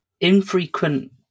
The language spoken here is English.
Infrequent